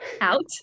out